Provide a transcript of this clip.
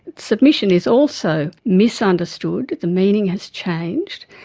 submission is also misunderstood the meaning has changed